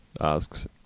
asks